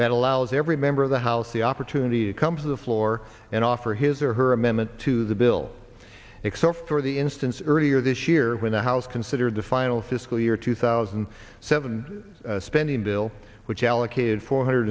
that allows every member of the house the opportunity to come to the floor and offer his or her amendment to the bill except for the instance earlier this year when the house considered the final fiscal year two thousand and seven spending bill which allocated four hundred